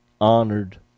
honored